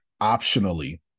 optionally